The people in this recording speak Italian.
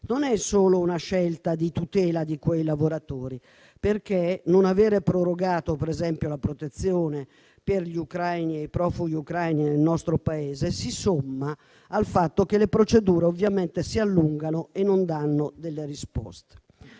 non è solo una scelta di tutela di quei lavoratori, perché non avere prorogato la protezione per gli ucraini e per i profughi ucraini nel nostro Paese si somma al fatto che le procedure ovviamente si allungano e non si danno delle risposte.